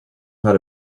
how